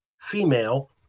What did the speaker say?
female